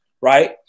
right